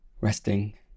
resting